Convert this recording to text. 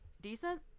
decent